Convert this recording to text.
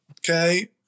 okay